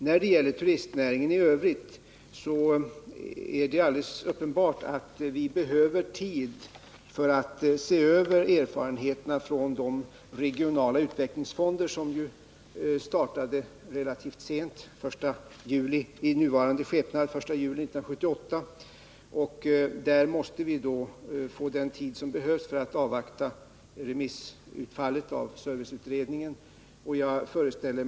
När det gäller turistnäringen i övrigt är det alldeles uppenbart att vi behöver tid för att se över erfarenheterna från de regionala utvecklingsfonder som startade relativt sent i nuvarande skepnad, nämligen den 1 juli 1978. Där måste vi ha den tid som behövs för att avvakta remissutfallet av serviceutredningen.